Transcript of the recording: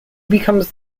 becomes